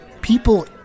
People